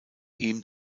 ihm